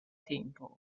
tempo